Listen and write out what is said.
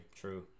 True